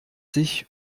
sich